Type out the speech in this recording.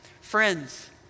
Friends